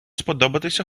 сподобатися